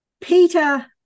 Peter